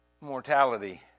mortality